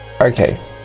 okay